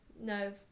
No